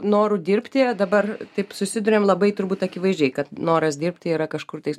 noru dirbti dabar taip susiduriam labai turbūt akivaizdžiai kad noras dirbti yra kažkur tais